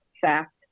fact